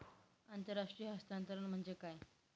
आंतरराष्ट्रीय हस्तांतरण म्हणजे काय?